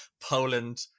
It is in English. poland